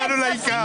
הגענו לעיקר.